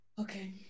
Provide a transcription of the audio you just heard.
okay